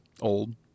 Old